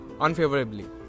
unfavorably